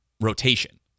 rotation